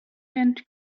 bent